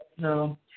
No